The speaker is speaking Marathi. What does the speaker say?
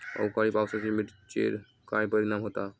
अवकाळी पावसाचे मिरचेर काय परिणाम होता?